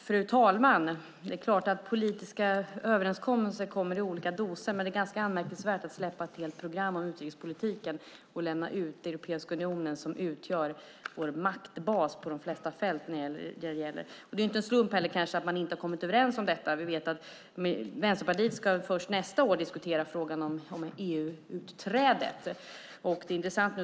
Fru talman! Det är klart att politiska överenskommelser kommer i olika doser, men det är ganska anmärkningsvärt att släppa ett helt program om utrikespolitiken och utelämna Europeiska unionen som utgör vår maktbas på de flesta fält när det gäller det här. Det är kanske inte heller en slump att man inte har kommit överens om detta. Vi vet att Vänsterpartiet först nästa år ska diskutera frågan om EU-utträdet.